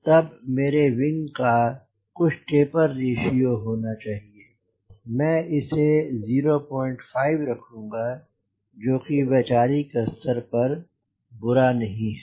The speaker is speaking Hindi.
तब मेरे विंग का कुछ टेपर रेश्यो होना चाहिए मैं इसे 0 5 रखूँगा जो कि वैचारिक स्तर पर बुरा नहीं है